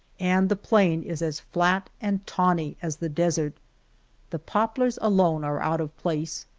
and the plain is as flat and tawny as the desert the poplars alone are out of place,